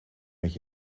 met